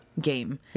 game